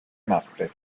mappe